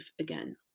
again